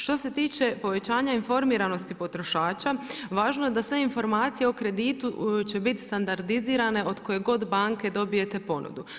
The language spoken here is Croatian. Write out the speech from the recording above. Što se tiče povećanja informiranosti potrošača važno je da sve informacije o kreditu će bit standardizirane od koje god banke dobijete ponudu.